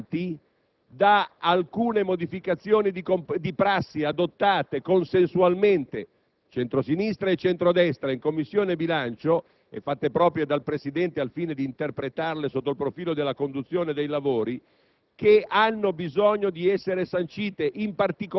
si chiude, deriva da alcune modificazioni di prassi adottate consensualmente (centro-sinistra e centro-destra) in Commissione bilancio, e fatte proprie dal Presidente al fine di interpretarle sotto il profilo della conduzione dei lavori,